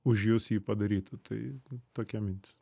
už jus jį padarytų tai tokia mintis